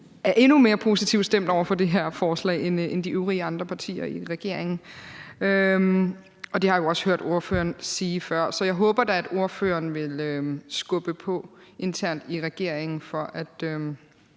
er endnu mere positivt stemt over for det her forslag end de øvrige partier i regeringen, og det har jeg jo også hørt ordføreren sige før. Så jeg håber da, at ordføreren vil skubbe på internt i regeringen for, at